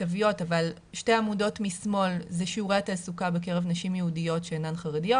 שתי העמודות משמאל זה שיעורי התעסוקה בקרב נשים יהודיות שאינן חרדיות.